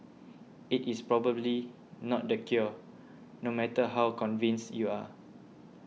it is probably not the cure no matter how convinced you are